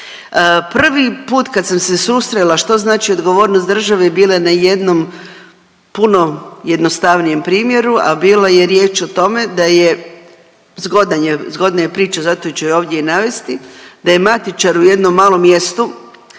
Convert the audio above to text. Prvi put kad sam se susrela što znači odgovornost države bilo je na jednom puno jednostavnijem primjeru, a bilo je riječ o tome da je, zgodna je priča zato ću je ovdje i navesti, da je matičar u jednom malom mjestu